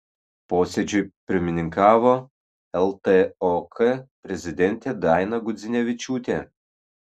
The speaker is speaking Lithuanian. posėdžiui pirmininkavo ltok prezidentė daina gudzinevičiūtė